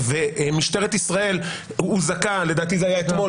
ומשטרת ישראל הוזעקה לדעתי זה היה אתמול